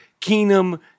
Keenum